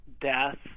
death